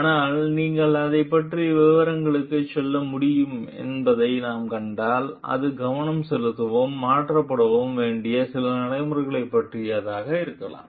ஆனால் நீங்கள் அதைப் பற்றிய விவரங்களுக்குச் செல்ல முடியும் என்பதை நாம் கண்டால் அது கவனம் செலுத்தவும் மாற்றப்படவும் வேண்டிய சில நடைமுறைகளைப் பற்றியதாக இருக்கலாம்